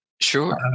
Sure